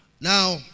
Now